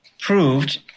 proved